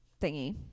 thingy